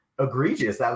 egregious